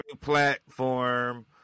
platform